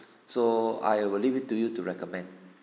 so I will leave it to you to recommend